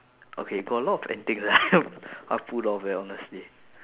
okay got a lot of antics eh I pulled off eh honestly